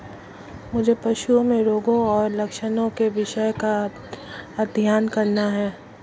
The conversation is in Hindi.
मुझे पशुओं में रोगों और लक्षणों के विषय का अध्ययन करना है